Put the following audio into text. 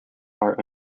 are